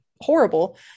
horrible